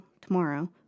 tomorrow